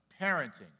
parenting